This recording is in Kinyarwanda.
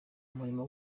umurimo